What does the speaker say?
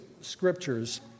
scriptures